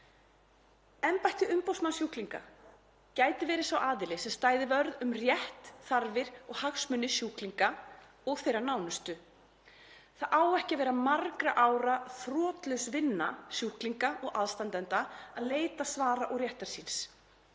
Embætti umboðsmanns sjúklinga gæti verið sá aðili sem stæði vörð um rétt, þarfir og hagsmuni sjúklinga og þeirra nánustu. Það á ekki að vera margra ára þrotlaus vinna sjúklinga og aðstandenda að leita svara og réttar síns.